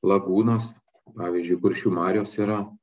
lagūnos pavyzdžiui kuršių marios yra